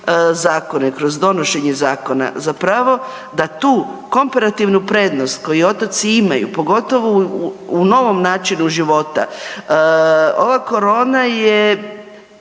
zakone, kroz donošenje zakona zapravo da tu komparativnu prednost koju otoci imaju pogotovo u novom načinu života, ova korona je